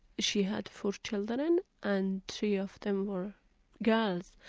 she had four children and three of them were girls.